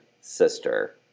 sister